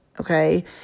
okay